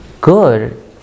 good